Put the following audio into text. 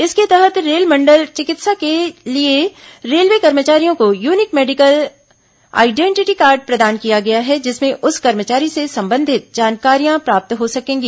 इसके तहत मेडिकल चिकित्सा के लिए रेलवे कर्मचारियों को यूनिक मेडिकल आइडेंटिटी कार्ड प्रदान किया गया है जिसमें उस कर्मचारी से संबंधित जानकारियां प्राप्त हो सकेंगी